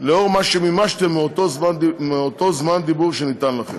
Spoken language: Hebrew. לאור מה שמימשתם מאותו זמן דיבור שניתן לכם.